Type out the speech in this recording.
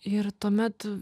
ir tuomet